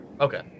Okay